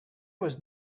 was